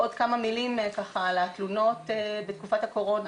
עוד כמה מילים על התלונות בתקופת הקורונה.